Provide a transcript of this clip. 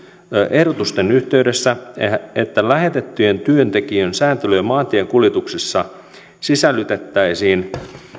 ehdotusten yhteydessä että lähetettyjen työntekijöiden sääntely maantiekuljetuksessa sisällytettäisiin